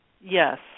Yes